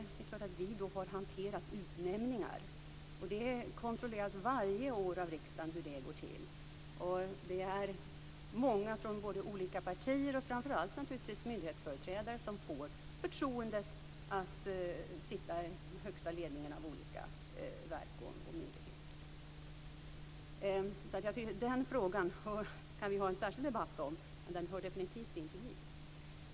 Det är klart att vi då har hanterat utnämningar, och det kontrolleras varje år av riksdagen hur det går till. Det är många både från olika partier och framför allt naturligtvis myndighetsföreträdare som får förtroendet att sitta i högsta ledningen av olika verk och myndigheter. Den frågan kan vi ha en särskild debatt om, men den hör definitivt inte hit.